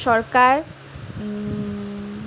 সৰকাৰ